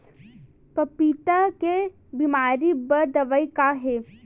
पपीता के बीमारी बर दवाई का हे?